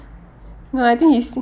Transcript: no I think he's